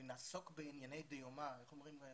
ונעסוק בענייני דיומא, איך אומרים?